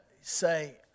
say